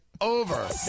Over